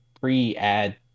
pre-ad